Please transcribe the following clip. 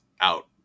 out